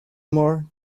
more